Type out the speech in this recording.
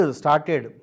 started